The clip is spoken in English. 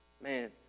Man